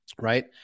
Right